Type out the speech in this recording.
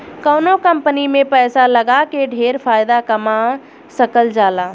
कवनो कंपनी में पैसा लगा के ढेर फायदा कमा सकल जाला